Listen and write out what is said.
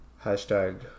Hashtag